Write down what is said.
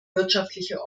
wirtschaftliche